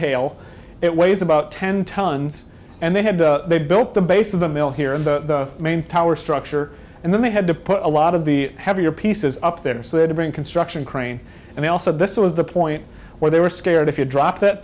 tail it weighs about ten tons and they have they built the base of the mill here in the main tower structure and then they had to put a lot of the heavier pieces up there so they to bring construction crane and also this was the point where they were scared if you drop that